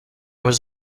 was